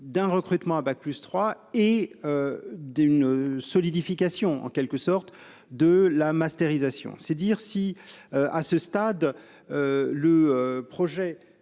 d'un recrutement au niveau bac+3 et d'une solidification, en quelque sorte, de la mastérisation. C'est dire si, à ce stade, votre